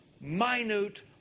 minute